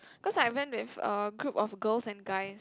because I went with a group of girls and guys